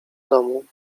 domu